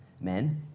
Men